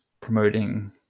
promoting